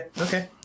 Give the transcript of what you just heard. okay